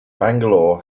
bangalore